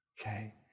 Okay